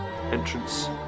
entrance